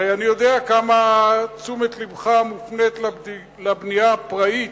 הרי אני יודע כמה תשומת לבך מופנית לבנייה הפראית,